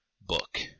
book